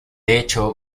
hecho